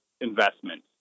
investment